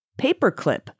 Paperclip